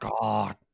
God